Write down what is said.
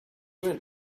went